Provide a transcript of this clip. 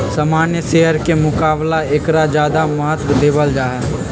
सामान्य शेयर के मुकाबला ऐकरा ज्यादा महत्व देवल जाहई